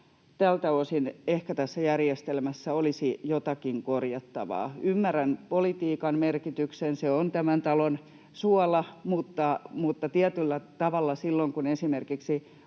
tältä osin tässä järjestelmässä olisi ehkä jotakin korjattavaa. Ymmärrän politiikan merkityksen — se on tämän talon suola — mutta tietyllä tavalla silloin, kun esimerkiksi